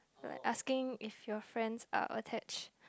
like asking if your friends are attached